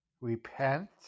repent